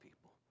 people